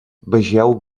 vegeu